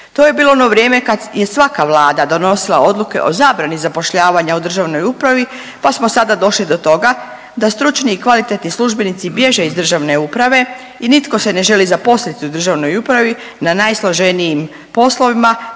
To je bilo u ono vrijeme kad je svaka Vlada donosila odluke o zabrani zapošljavanja u državnoj upravi, pa smo sada došli do toga da stručni i kvalitetni službenici bježe iz državne uprave i nitko se ne želi zaposliti u državnoj upravi na najsloženijim poslovima,